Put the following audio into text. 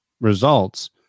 results